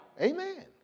Amen